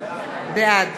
בעד